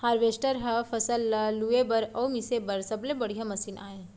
harvester ह फसल ल लूए बर अउ मिसे बर सबले बड़िहा मसीन आय